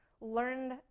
learned